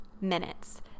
minutes